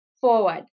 forward